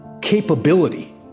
capability